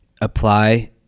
apply